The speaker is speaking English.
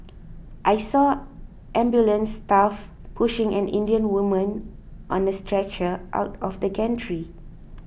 I saw ambulance staff pushing an Indian woman on a stretcher out of the gantry